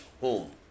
home